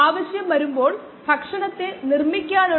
മറ്റ് പല തരത്തിലുള്ള റിയാക്ടറുകളും ഉണ്ടെന്ന് നമ്മൾ പറഞ്ഞു